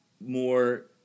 more